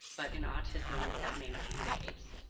but in autism that may not be the case.